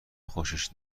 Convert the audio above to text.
خوشش